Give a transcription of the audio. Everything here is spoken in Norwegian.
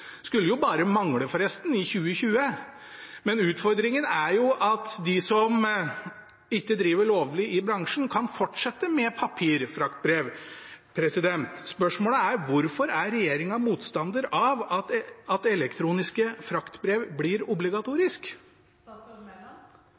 skulle forresten bare mangle i 2020. Utfordringen er at de som ikke driver lovlig i bransjen, kan fortsette med papirfraktbrev. Spørsmålet er: Hvorfor er regjeringen motstander av at elektroniske fraktbrev blir